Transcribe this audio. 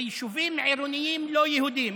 ביישובים עירוניים לא יהודיים,